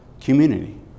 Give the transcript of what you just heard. community